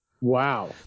Wow